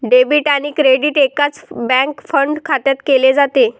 debit आणि credit एकाच bank fund खात्यात केले जाते